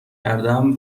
کردم